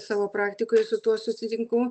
savo praktikoj su tuo susitinku